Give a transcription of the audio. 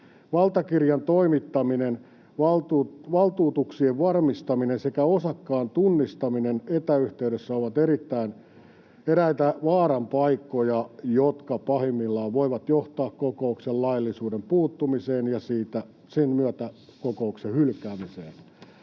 Valtakirjan toimittaminen, valtuutuksien varmistaminen sekä osakkaan tunnistaminen etäyhteydessä ovat eräitä vaaranpaikkoja, jotka pahimmillaan voivat johtaa kokouksen laillisuuden puuttumiseen ja sen myötä kokouksen hylkäämiseen.